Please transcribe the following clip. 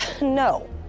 No